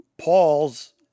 Paul's